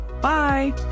Bye